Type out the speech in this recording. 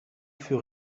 fut